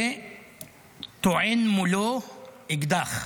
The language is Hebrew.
וטוען מולו אקדח,